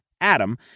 Adam